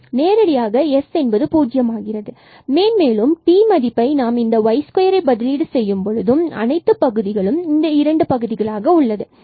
எனவே நேரடியாக s பூஜ்ஜியம் ஆகிறது மேன்மேலும் t மதிப்பை நாம் இந்த y2 பதிலீடு செய்யும் பொழுதும் மற்றும் அனைத்து பகுதிகளும் இந்த இரண்டு பகுதிகளாக உள்ளது